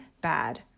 bad